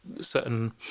certain